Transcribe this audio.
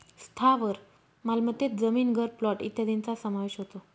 स्थावर मालमत्तेत जमीन, घर, प्लॉट इत्यादींचा समावेश होतो